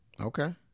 Okay